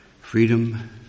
freedom